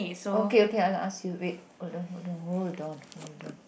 okay okay I'll ask you wait hold on hold on hold on hold on